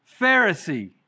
Pharisee